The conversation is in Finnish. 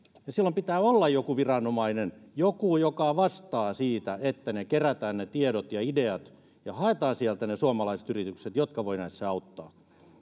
ja silloin pitää olla joku viranomainen joka vastaa siitä että kerätään ne tiedot ja ideat ja haetaan sieltä ne suomalaiset yritykset jotka voivat näissä auttaa